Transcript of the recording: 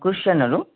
क्रिस्चियनहरू